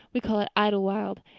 we call it idlewild.